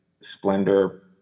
splendor